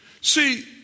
see